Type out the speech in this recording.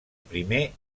primer